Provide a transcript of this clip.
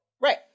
right